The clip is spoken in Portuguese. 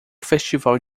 festival